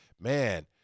Man